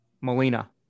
Molina